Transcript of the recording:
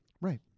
Right